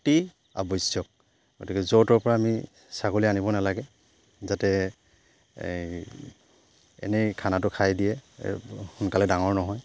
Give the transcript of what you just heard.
অতি আৱশ্যক গতিকে য'ৰ ত'ৰ পৰা আমি ছাগলী আনিব নালাগে যাতে এনেই খানাটো খাই দিয়ে সোনকালে ডাঙৰ নহয়